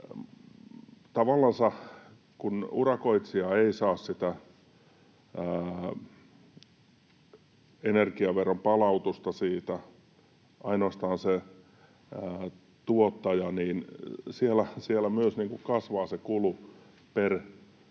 kun urakoitsija ei saa sitä energiaveron palautusta siitä, ainoastaan tuottaja, siellä myös kasvaa se kulu per tuotettu